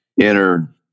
inner